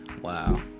Wow